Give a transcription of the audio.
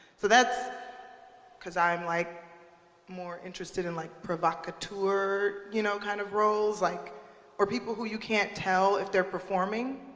so that's cause i'm like more interested in like provocateur you know kind of roles like or people who you can't tell if they're performing.